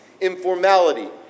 informality